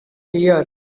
here